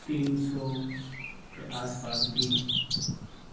تین سو کے آس پاس بھی ہیں